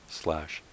slash